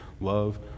love